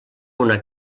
una